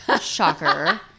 Shocker